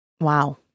Wow